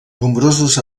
nombrosos